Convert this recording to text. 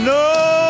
no